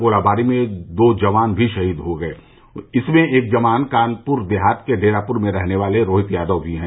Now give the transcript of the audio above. गोलीबारी में दो जवान भी शहीद हुए हैं उनमें एक जवान कानपुर देहात के डेरापुर में रहने वाले रोहित यादव भी है